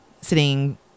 sitting